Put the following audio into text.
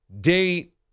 date